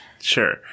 Sure